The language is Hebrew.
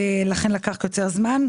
לכן קוצר הזמן.